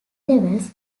levels